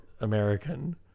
American